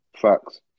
Facts